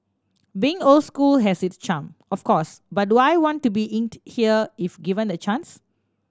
being old school has its charm of course but do I want to be inked here if given the chance